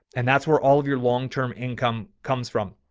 and that's where all of your longterm income comes from.